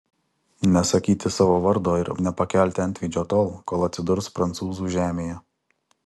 nesakyti savo vardo ir nepakelti antveidžio tol kol atsidurs prancūzų žemėje